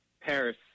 Paris